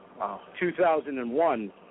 2001